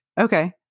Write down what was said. okay